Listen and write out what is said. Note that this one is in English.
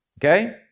Okay